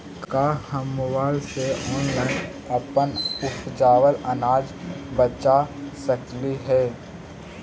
का हम मोबाईल से ऑनलाइन अपन उपजावल अनाज बेच सकली हे?